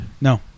No